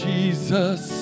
Jesus